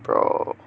bro